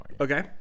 Okay